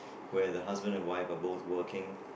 where the husband and wife are both working